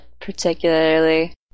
particularly